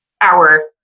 hour